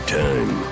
time